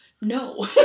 no